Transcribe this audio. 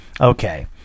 Okay